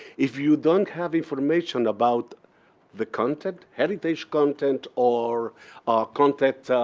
if you don't have information about the content, heritage content or content